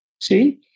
See